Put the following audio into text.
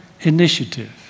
initiative